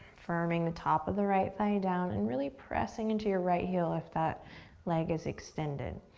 firming the top of the right thigh down and really pressing into your right heel if that leg is extended.